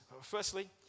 Firstly